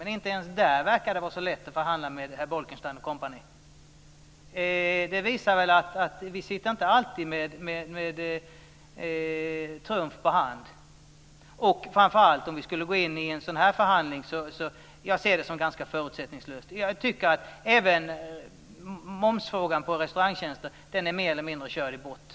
Men inte ens där verkar det vara så lätt att förhandla med herr Bolkenstein och co. Det visar väl att vi inte alltid sitter med trumf på hand. Jag ser det som ganska utsiktslöst att vi skulle gå in i en sådan förhandling. Även frågan om moms på restaurangtjänster är mer eller mindre körd i botten.